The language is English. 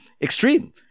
extreme